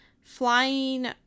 Flying